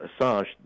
Assange